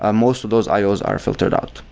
um most of those i os are filtered out.